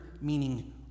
meaning